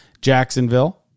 Jacksonville